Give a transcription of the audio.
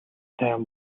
тайван